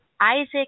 Isaac